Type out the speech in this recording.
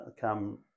come